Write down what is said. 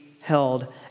held